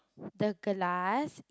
the glass